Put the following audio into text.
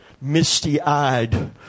misty-eyed